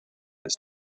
this